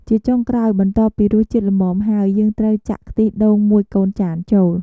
ជាចុងក្រោយ បន្ទាប់ពីរសជាតិល្មមហើយ យើងត្រូវចាក់ខ្ទិះដូងមួយកូនចានចូល។